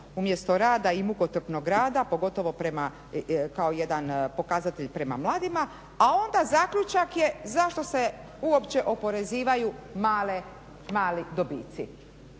umjesto rada i mukotrpnog rada pogotovo kao jedan pokazatelj prema mladima a onda zaključak je zašto se uopće oporezivaju mali dobici.